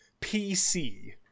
pc